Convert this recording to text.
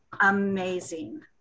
amazing